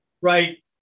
Right